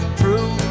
true